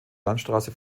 landstraße